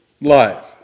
life